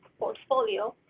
portfolio.